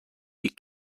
you